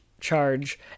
Charge